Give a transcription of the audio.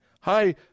Hi